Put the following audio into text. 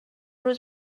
روز